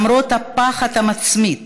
למרות הפחד המצמית,